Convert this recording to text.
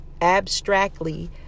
abstractly